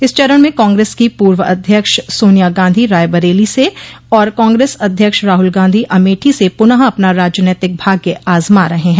इस चरण में कांग्रेस की पूर्व अध्यक्ष सोनिया गांधी रायबरेली से और कांग्रेस अध्यक्ष राहुल गांधी अमेठी से पुनः अपना राजनैतिक भाग्य आज़मा रहे हैं